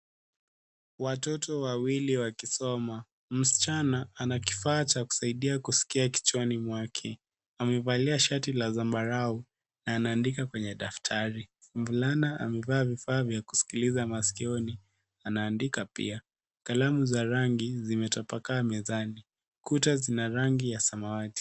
Watoto wawili wakisoma. Msichana ana kifaa cha kusaidia kusikia kichwani mwake. Amevalia shati la zambarau na anaandika kwenye daftari. Mvulana amevaa vifaa vya kusikiliza masikioni anaandika pia. Kalamu za rangi zimetapakaa mezani. Kuta zina rangi ya samawati.